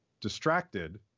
distracted